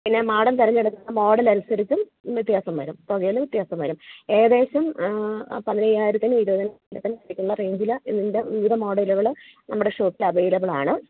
പിന്നെ മാഡം തിരഞ്ഞെടുക്കുന്ന മോഡലനുസരിച്ചും വ്യത്യാസം വരും തുകയിൽ വ്യത്യാസം വരും ഏകദേശം പതിനയ്യായിരത്തിനും ഇരുപതിനും ഇടയ്ക്ക് ഉള്ള റേഞ്ചിൽ ഇതിൻ്റെ വിവിധ മോഡലുകൾ നമ്മുടെ ഷോപ്പിൽ അവൈലബിളാണ്